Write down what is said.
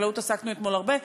בחקלאות עסקנו אתמול הרבה,